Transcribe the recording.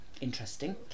interesting